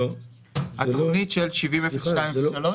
התוכנית של 700203?